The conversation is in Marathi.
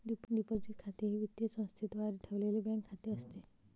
डिपॉझिट खाते हे वित्तीय संस्थेद्वारे ठेवलेले बँक खाते असते